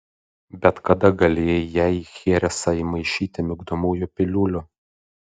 bet kada galėjai jai į cheresą įmaišyti migdomųjų piliulių